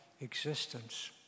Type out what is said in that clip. existence